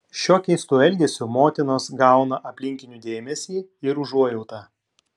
šiuo keistu elgesiu motinos gauna aplinkinių dėmesį ir užuojautą